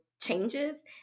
changes